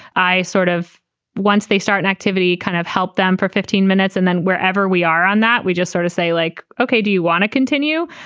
i sort of once they start an activity, kind of help them for fifteen minutes. and then wherever we are on that, we just sort of say like, okay, do you want to continue?